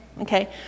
Okay